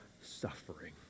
suffering